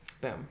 Boom